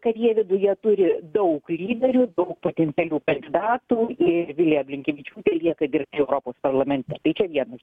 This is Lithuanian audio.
kad jie viduje turi daug lyderių daug potencialių kandidatų ir vilija blinkevičiūtė lieka dirbti europos parlamente tai čia vienas